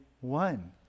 one